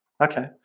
Okay